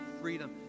freedom